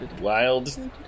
Wild